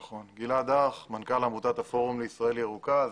אני מנכ"ל עמותת הפורום לישראל ירוקה.